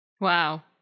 Wow